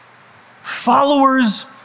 Followers